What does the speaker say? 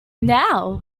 now